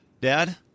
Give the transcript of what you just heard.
Dad